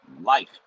life